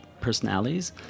personalities